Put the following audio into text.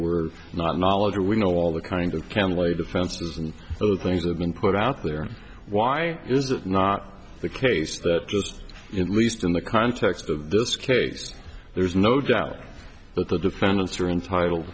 were not knowledge or we know all the kinds of can lay defenses and those things have been put out there why is it not the case that just released in the context of this case there's no doubt that the defendants are entitle